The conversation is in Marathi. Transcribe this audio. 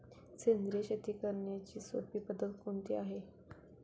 सेंद्रिय शेती करण्याची सोपी पद्धत कोणती आहे का?